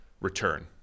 return